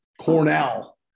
Cornell